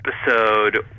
episode